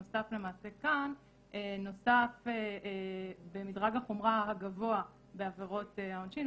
נוסף במדרג החומרה הגבוה בעבירות העונשין.